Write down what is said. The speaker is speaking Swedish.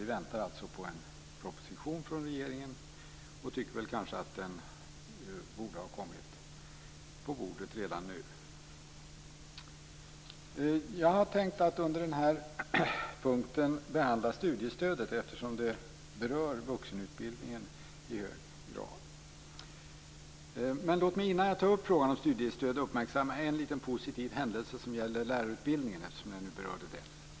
Vi väntar alltså på en proposition från regeringen, och tycker kanske att den borde ha kommit på bordet redan nu. Jag har tänkt behandla frågan om studiestödet under den här punkten, eftersom den i hög grad berör vuxenutbildningen. Men låt mig, innan jag tar upp den frågan, uppmärksamma en liten positiv händelse som gäller lärarutbildningen, eftersom jag berört den.